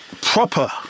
Proper